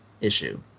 issue